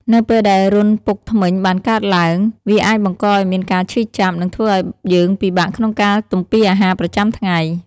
នៅពេលដែលរន្ធពុកធ្មេញបានកើតឡើង វាអាចបង្កឱ្យមានការឈឺចាប់ និងធ្វើឱ្យយើងពិបាកក្នុងការទំពារអាហារប្រចាំថ្ងៃ។